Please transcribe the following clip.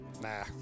Nah